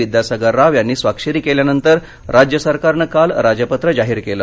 विद्यासागर राव यांनी स्वाक्षरी केल्यानंतर राज्य सरकारने काल राजपत्र जाहीर केलं